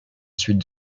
suite